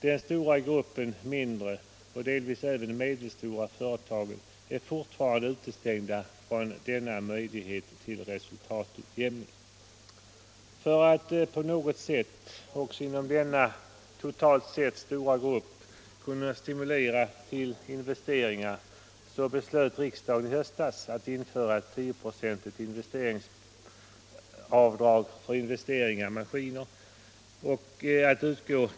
Den stora gruppen mindre företag och delvis även medelstora företag är fortfarande utestängda från denna möjlighet till resultatutjämning. För att på något sätt också inom denna totalt sett stora grupp stimulera till investeringar beslöt riksdagen i höstas att införa ett tioprocentigt investeringsavdrag för investeringar i maskiner och inventarier att utgå t.